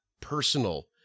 personal